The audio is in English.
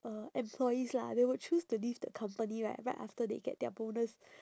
uh employees lah they would choose to leave the company right right after they get their bonus